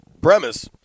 premise